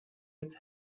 its